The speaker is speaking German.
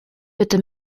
bitte